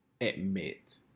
admit